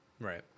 Right